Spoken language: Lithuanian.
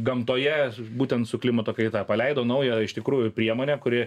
gamtoje būtent su klimato kaita paleido naują iš tikrųjų priemonę kuri